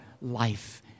life